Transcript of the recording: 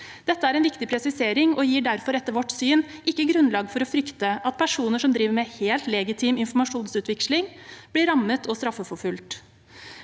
Dette er en viktig presisering og gir derfor etter vårt syn ikke grunnlag for å frykte at personer som driver med helt legitim informasjonsutveksling, blir rammet og straffeforfulgt.